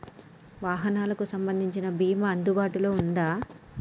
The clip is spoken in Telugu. వాహనాలకు సంబంధించిన బీమా అందుబాటులో ఉందా?